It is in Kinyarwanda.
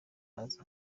araza